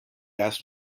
asked